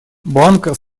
банк